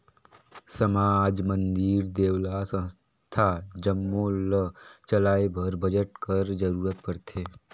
समाज, मंदिर, देवल्ला, संस्था जम्मो ल चलाए बर बजट कर जरूरत परथे